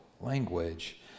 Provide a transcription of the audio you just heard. language